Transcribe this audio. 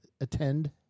attend